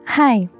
Hi